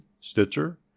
Stitcher